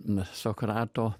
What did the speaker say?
na sokrato